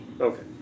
Okay